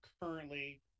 currently